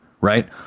Right